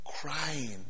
Crying